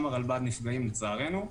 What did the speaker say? גם הרלב"ד נפגעים לצערנו,